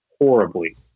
horribly